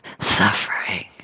suffering